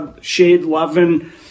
shade-loving